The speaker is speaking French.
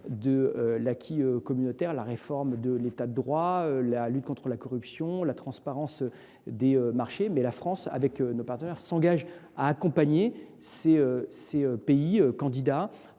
de l’acquis communautaire et intégrer la réforme de l’État de droit, la lutte contre la corruption, ou encore la transparence des marchés. Cela étant, la France, avec nos partenaires, s’engage à accompagner ces pays candidats